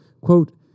Quote